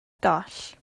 goll